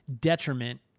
detriment